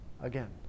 again